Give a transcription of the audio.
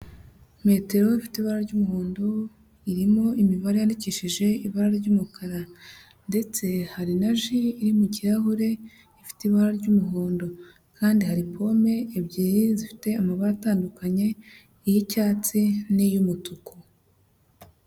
Metero ifite ibara ry'umuhondo, irimo imibare yandikishije ibara ry'umukara. Ndetse hari na ji iri mu kirahure ifite ibara ry'umuhondo kandi hari pome ebyiri zifite amabara atandukanye y'icyatsi n'iy'umutuku.